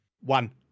One